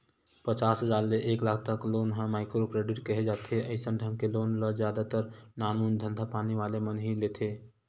पचास हजार ले एक लाख तक लोन ल माइक्रो क्रेडिट केहे जाथे अइसन ढंग के लोन ल जादा तर नानमून धंधापानी वाले मन ह ही लेथे